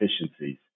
efficiencies